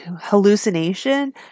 hallucination